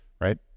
right